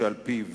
ועל-פיו